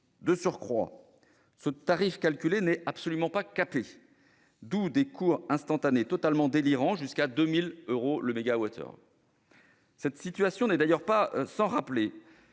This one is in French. De surcroît, ce tarif calculé n'est absolument pas capé, d'où des cours instantanés totalement délirants jusqu'à 2 000 euros le mégawattheure ! Cette situation n'est d'ailleurs pas sans rappeler